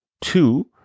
two